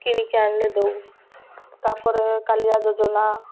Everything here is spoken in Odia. କିଣିକି ଆଣିଲେ ଦଉ ତା'ପରେ କାଳିଆ ଯୋଜନା